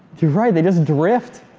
you're right! they just drift.